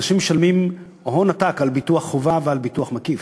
אנשים משלמים הון עתק על ביטוח חובה ועל ביטוח מקיף.